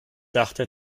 dachte